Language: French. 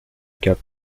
cap